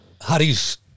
Harry's